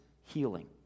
healing